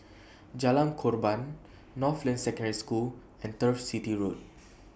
Jalan Korban Northland Secondary School and Turf City Road